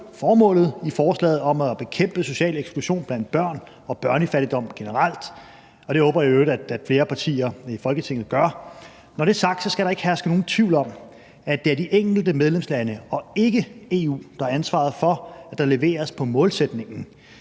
formålet i forslaget med at bekæmpe social eksklusion blandt børn og bekæmpe børnefattigdom generelt, og det håber jeg i øvrigt at flere partier i Folketinget gør. Når det er sagt, skal der ikke herske nogen tvivl om, at det er de enkelte medlemslande og ikke EU, der har ansvaret for, at der leveres på målsætningen.